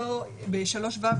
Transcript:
ב-3(ו),